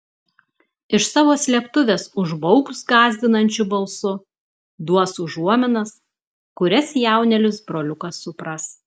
iš savo slėptuvės užbaubs gąsdinančiu balsu duos užuominas kurias jaunėlis broliukas supras